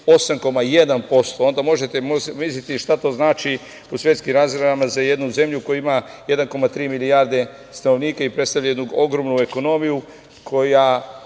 8,1%. Onda možete misliti šta to znači u svetskim razmerama za jednu zemlju koja ima 1,3 milijarde stanovnika i predstavlja jednu ogromnu ekonomiju koja